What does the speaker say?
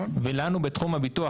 לנו בתחום הביטוח,